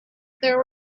there